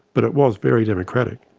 but it was very democratic.